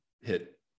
hit